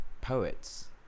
poets